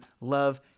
love